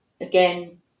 again